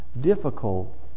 difficult